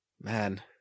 man